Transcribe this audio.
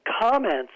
comments